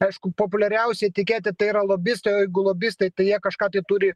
aišku populiariausia etiketė tai yra lobistų o jeigu lobistai tai jie kažką tai turi